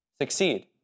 succeed